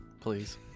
Please